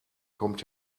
kommt